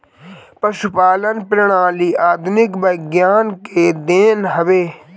पशुपालन प्रणाली आधुनिक विज्ञान के देन हवे